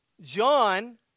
John